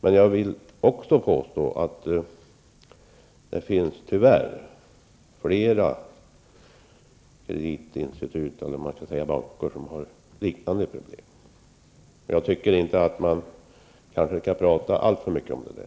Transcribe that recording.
Men jag vill också påstå att det tyvärr finns flera banker och kreditinstitut som har liknande problem. Jag tycker inte att man skall tala alltför mycket om det.